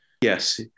Yes